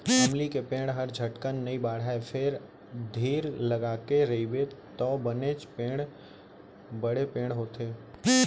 अमली के पेड़ हर झटकन नइ बाढ़य फेर धीर लगाके रइबे तौ बनेच बड़े पेड़ होथे